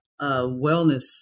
wellness